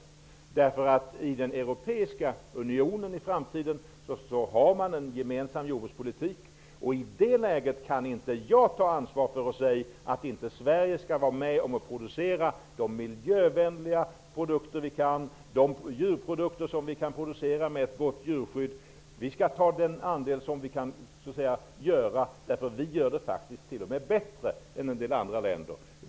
I den framtida europeiska unionen har man en gemensam jordbrukspolitik, och i det läget kan inte jag ta ansvar för att säga att inte Sverige skall vara med om att producera de miljövänliga produkter som vi kan och de djurprodukter som vi kan producera med ett gott djurskydd. Vi skall ta den andel som vi kan, eftersom vi faktiskt t.o.m. gör det bättre än en del andra länder.